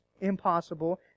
impossible